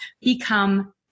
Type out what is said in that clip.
become